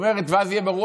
ואז יהיה ברור.